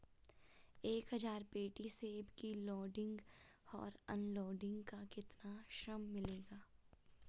एक हज़ार पेटी सेब की लोडिंग और अनलोडिंग का कितना श्रम मिलेगा?